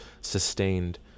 sustained